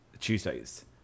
Tuesdays